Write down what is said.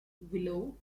willow